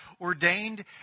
ordained